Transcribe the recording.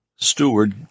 Steward